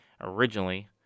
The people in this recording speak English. originally